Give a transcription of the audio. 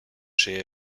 chez